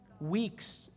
weeks